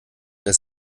dass